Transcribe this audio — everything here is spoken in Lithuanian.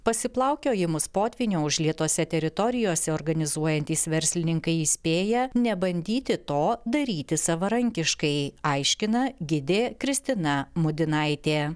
pasiplaukiojimus potvynio užlietose teritorijose organizuojantys verslininkai įspėja nebandyti to daryti savarankiškai aiškina gidė kristina mudinaitė